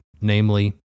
namely